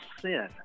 sin